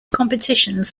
competitions